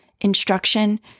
instruction